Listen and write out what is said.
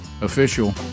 official